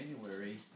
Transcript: January